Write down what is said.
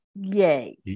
yay